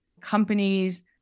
companies